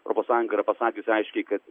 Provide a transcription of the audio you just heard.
europos sąjunga yra pasakius aiškiai kad